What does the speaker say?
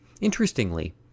Interestingly